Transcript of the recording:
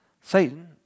Satan